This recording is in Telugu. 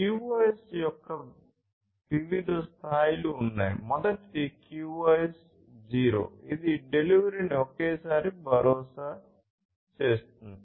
QoS యొక్క వివిధ స్థాయిలు ఉన్నాయి మొదటిది QoS 0 ఇది డెలివరీని ఒకేసారి భరోసా చేస్తుంది